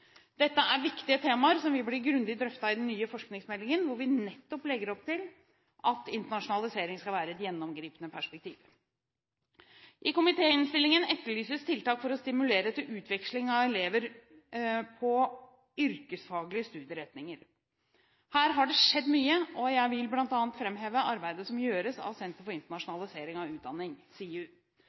Dette er viktige temaer som vil bli grundig drøftet i den nye forskningsmeldingen, hvor vi nettopp legger opp til at internasjonalisering skal være et gjennomgripende perspektiv. I komitéinnstillingen etterlyses tiltak for å stimulere til utveksling av elever på yrkesfaglige studieretninger. Her har det skjedd mye, og jeg vil bl.a. framheve arbeidet som gjøres av Senter for internasjonalisering av utdanning, SIU.